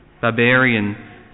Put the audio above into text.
barbarian